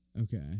Okay